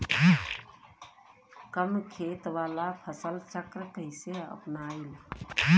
कम खेत वाला फसल चक्र कइसे अपनाइल?